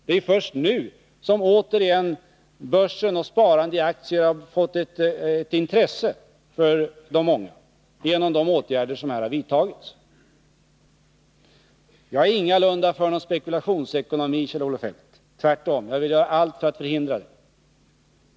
Det är först nu, genom de åtgärder som vidtagits, som börsen och sparandet i aktier återigen har blivit intressanta för de många. Jag är ingalunda för någon spekulationsekonomi, Kjell-Olof Feldt, tvärtom. Jag vill göra allt för att förhindra den.